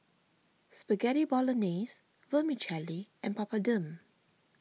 Spaghetti Bolognese Vermicelli and Papadum